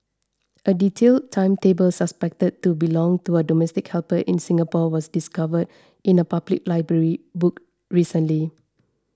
a detailed timetable suspected to belong to a domestic helper in Singapore was discovered in a public library book recently